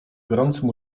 gorącym